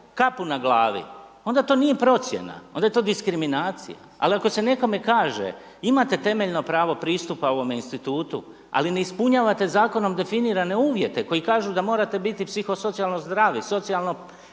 kapu na glavi, onda to nije procjena, onda je to diskriminacija, ali ako se nekome kaže, imate temeljno pravo pristupa, ovome institutu, ali ne ispunjavate zakonom definirane uvjete, koji kažu da morate biti psihosocijalno zdravi, socijalno